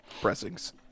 pressings